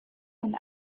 und